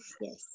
yes